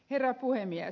herra puhemies